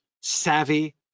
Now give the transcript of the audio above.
savvy